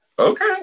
Okay